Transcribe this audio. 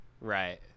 Right